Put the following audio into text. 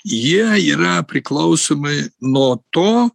jie yra priklausomi nuo to